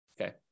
Okay